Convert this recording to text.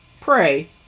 pray